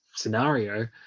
scenario